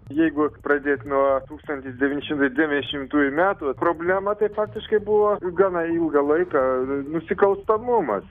jeigu pradėt nuo tūkstantis devyni šimtai devyniasdešimtųjų metų problema tai faktiškai buvo gana ilgą laiką nusikalstamumas